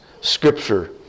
Scripture